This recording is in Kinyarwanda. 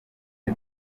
bwe